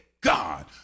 God